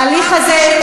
ההליך הזה,